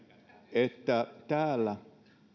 että täällä